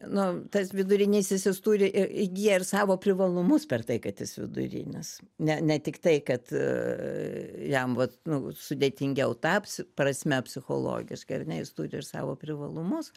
nu tas vidurinysis jis turi įgija ir savo privalumus per tai kad jis vidurinis ne ne tik tai kad jam vat nu sudėtingiau taps prasme psichologiškai ar ne jis turi ir savo privalumus